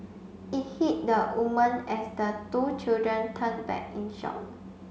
it hit the woman as the two children turned back in shock